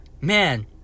Man